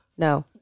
No